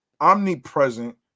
omnipresent